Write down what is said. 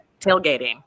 tailgating